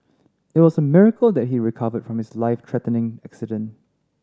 it was a miracle that he recovered from his life threatening accident